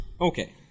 Okay